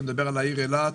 אני מדבר על העיר אילת.